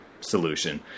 solution